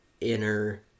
inner